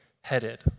headed